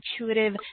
intuitive